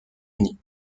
uni